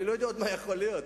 אני לא יודע מה עוד יכול להיות.